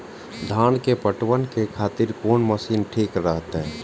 धान के पटवन के खातिर कोन मशीन ठीक रहते?